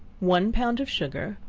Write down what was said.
one pound of sugar,